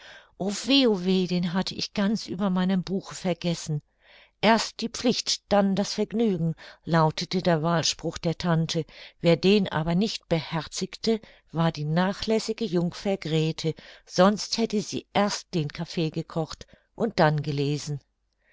den hatte ich ganz über meinem buche vergessen erst die pflicht dann das vergnügen lautete der wahlspruch der tante wer den aber nicht beherzigte war die nachlässige jungfer grete sonst hätte sie erst den kaffee gekocht und dann gelesen